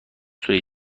سوی